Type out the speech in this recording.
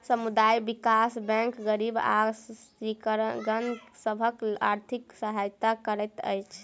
समुदाय विकास बैंक गरीब आ स्त्रीगण सभक आर्थिक सहायता करैत अछि